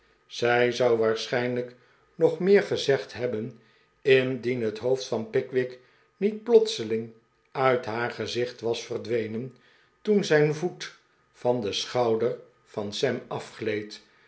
zij zou waarschijnlijk nog meer gezegd hebben indien het hoofd van pickwick niet plotseling uit haar gezicht was verdwenen toen zijn voet van den schouder van sam afgleed